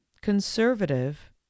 conservative